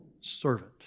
servant